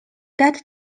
that